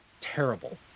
terrible